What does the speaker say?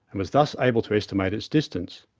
and was thus able to estimate its distance.